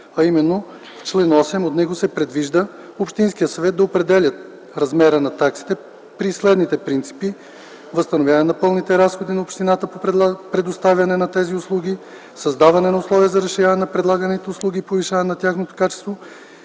а именно в чл. 8. В него се предвижда общинският съвет да определя размера на таксите при следните принципи: 1. възстановяване на пълните разходи на общината по предоставяне на услугата; 2. създаване на условия за разширяване на предлаганите услуги и повишаване на тяхното качество;